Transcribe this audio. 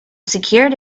secured